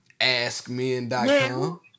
Askmen.com